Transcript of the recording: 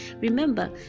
Remember